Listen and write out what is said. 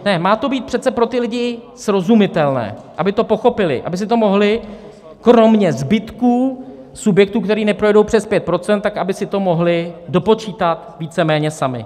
Ne, má to být přece pro ty lidi srozumitelné, aby to pochopili, aby si to mohli, kromě zbytků subjektů, které neprojdou přes 5 %, tak aby si to mohli dopočítat víceméně sami.